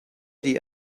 die